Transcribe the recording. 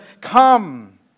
come